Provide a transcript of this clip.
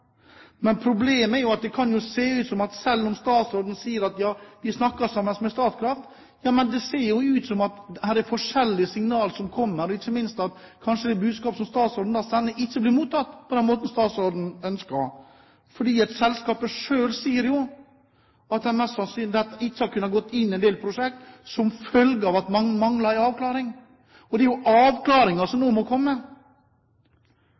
det er det man ønsker. Men problemet er at selv om statsråden sier at de snakker med Statkraft, kan det se ut som om det er forskjellige signaler som kommer – ikke minst når budskapet som statsråden sender, kanskje ikke blir mottatt på den måten statsråden ønsker. For selskapet selv sier jo at de mest sannsynlig ikke har gått inn i en del prosjekter som følge av at man mangler en avklaring. Det er jo avklaringen som